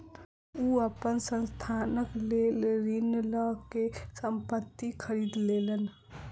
ओ अपन संस्थानक लेल ऋण लअ के संपत्ति खरीद लेलैन